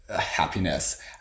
happiness